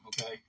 okay